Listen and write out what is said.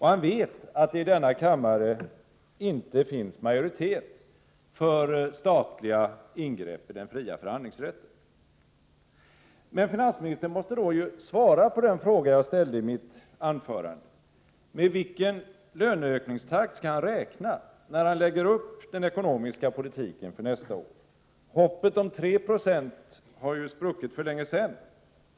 Han vet att det i denna kammare inte finns majoritet för statliga ingrepp i den fria förhandlingsrätten. Men finansministern måste ju då svara på den fråga jag ställde i mitt anförande: Med vilken löneökningstakt skall finansministern räkna när han lägger upp den ekonomiska politiken för nästa år? Hoppet om 3 96 har ju spruckit för länge sedan.